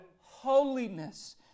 holiness